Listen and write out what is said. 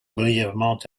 brièvement